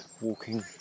walking